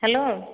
hello